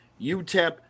UTEP